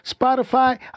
Spotify